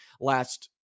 last